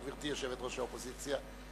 גברתי יושבת-ראש האופוזיציה.